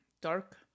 dark